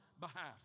behalf